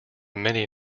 many